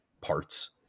parts